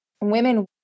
women